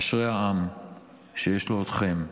אשרי העם שיש לו אתכם.